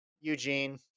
Eugene